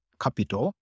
capital